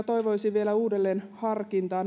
toivoisin vielä uudelleenharkintaa